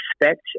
expect